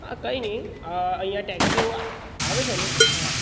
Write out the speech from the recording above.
હા કંઇ નહીં અહીંયા ટેક્સીઓ આવે છે